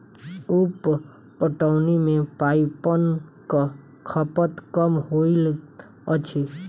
उप पटौनी मे पाइनक खपत कम होइत अछि